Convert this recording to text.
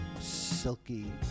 Silky